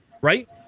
right